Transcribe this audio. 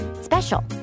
special